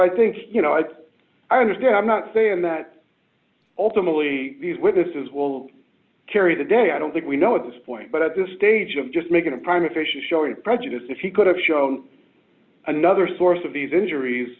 i think you know i understand i'm not saying that ultimately these witnesses will carry the day i don't think we know at this point but at this stage of just making a crime official showing prejudice if he could have shown another source of these injuries